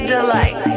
Delight